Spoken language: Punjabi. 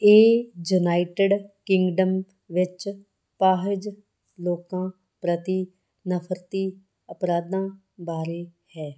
ਇਹ ਯੂਨਾਈਟਿਡ ਕਿੰਗਡਮ ਵਿੱਚ ਅਪਾਹਜ ਲੋਕਾਂ ਪ੍ਰਤੀ ਨਫ਼ਰਤੀ ਅਪਰਾਧਾਂ ਬਾਰੇ ਹੈ